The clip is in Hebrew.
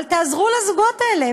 אבל תעזרו לזוגות האלה,